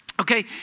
Okay